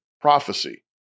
prophecy